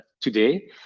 today